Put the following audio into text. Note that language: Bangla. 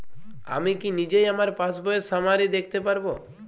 আমি কি নিজেই আমার পাসবইয়ের সামারি দেখতে পারব?